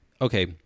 Okay